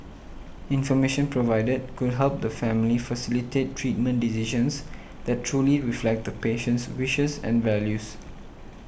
information provided could help the family facilitate treatment decisions that truly reflect the patient's wishes and values